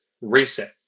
reset